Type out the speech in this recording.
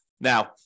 Now